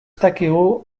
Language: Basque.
dakigu